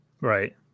Right